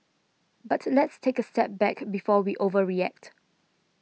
but let's take a step back before we overreact